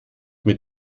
mit